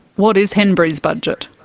what is henbury's budget?